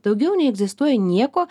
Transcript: daugiau neegzistuoja nieko